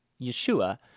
Yeshua